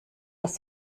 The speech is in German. das